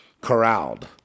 corralled